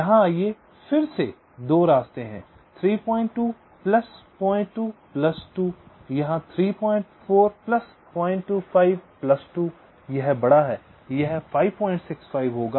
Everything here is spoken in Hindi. यहां आओ फिर से 2 रास्ते हैं 32 प्लस 02 प्लस 2 या 34 प्लस 025 प्लस 2 यह बड़ा है यह 565 होगा